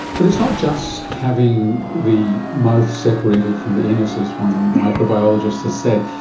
but it's not just having the mouth separated from the anus, as one microbiologist has said,